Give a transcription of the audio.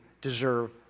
deserve